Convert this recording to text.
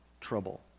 trouble